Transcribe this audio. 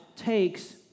takes